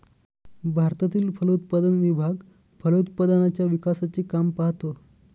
भारतातील फलोत्पादन विभाग फलोत्पादनाच्या विकासाचे काम पाहतो